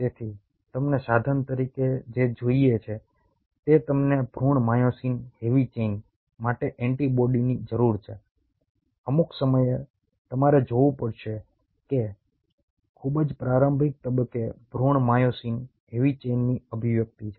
તેથી તમને સાધન તરીકે જે જોઈએ છે તે તમને ભૃણ માયોસિન હેવી ચેઇન માટે એન્ટિબોડીની જરૂર છે અમુક સમયે તમારે જોવું પડશે કે ખૂબ જ પ્રારંભિક તબક્કે ભૃણ માયોસિન હેવી ચેઇનની અભિવ્યક્તિ છે